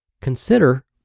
consider